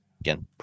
Again